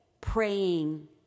praying